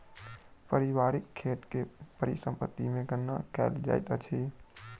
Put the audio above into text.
पारिवारिक खेत के परिसम्पत्ति मे गणना कयल जाइत अछि